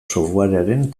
softwarearen